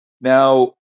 Now